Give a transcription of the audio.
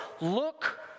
look